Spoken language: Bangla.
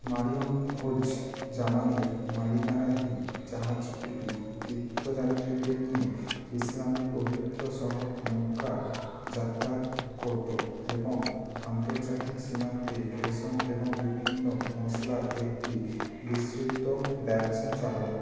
মারিয়ম উজ জামানির মালিকানাধীন জাহাজগুলি তীথ্যযাত্রীদের নিয়ে ইসলামের পবিত্র শহর মোক্কার যাতায়াত করতো এবং আন্তর্জাতিক সীমান্তে রেশম এবং বিভিন্ন মশলার একটি বিস্তৃত ব্যবসা চালাত